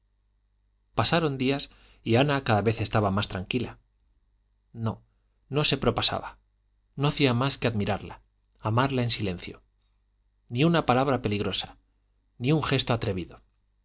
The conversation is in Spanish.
pasaron días y ana cada vez estaba más tranquila no no se propasaba no hacía más que admirarla amarla en silencio ni una palabra peligrosa ni gesto atrevido